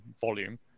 volume